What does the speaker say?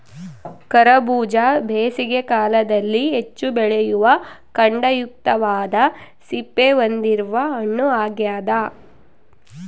ಕರಬೂಜ ಬೇಸಿಗೆ ಕಾಲದಲ್ಲಿ ಹೆಚ್ಚು ಬೆಳೆಯುವ ಖಂಡಯುಕ್ತವಾದ ಸಿಪ್ಪೆ ಹೊಂದಿರುವ ಹಣ್ಣು ಆಗ್ಯದ